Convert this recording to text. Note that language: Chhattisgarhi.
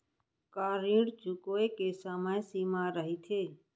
का ऋण चुकोय के समय सीमा रहिथे?